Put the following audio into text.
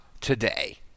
today